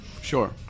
Sure